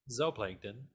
zooplankton